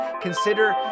consider